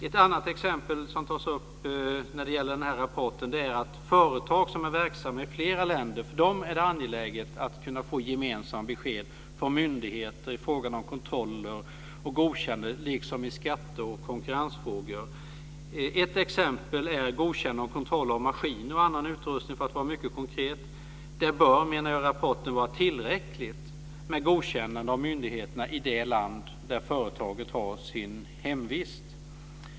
Ett annat exempel som tas upp i rapporten gäller företag som är verksamma i flera länder. För dem är det angeläget att kunna få gemensamt besked från myndigheter i fråga om kontroller och godkännande, liksom i skatte och konkurrensfrågor. Ett exempel är godkännande och kontroll av maskiner och annan utrustning, för att vara mycket konkret. Det bör, menar jag i rapporten, vara tillräckligt med godkännande av myndigheterna i det land där företaget har sitt hemvist.